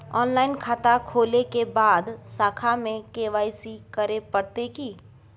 Online खाता खोलै के बाद शाखा में के.वाई.सी करे परतै की?